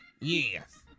Yes